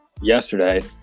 yesterday